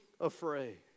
afraid